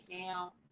now